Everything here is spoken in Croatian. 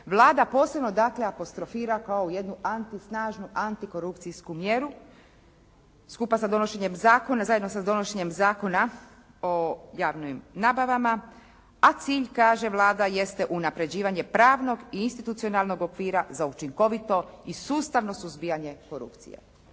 Vlada posebno dakle apostrofira kao jednu snažnu antikorupcijsku mjeru skupa sa donošenjem Zakona o javnim nabavama, a cilj, kaže Vlada, jeste unapređivanje pravnog i institucionalnog okvira za učinkovito i sustavno suzbijanje korupcije.